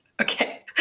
okay